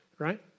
right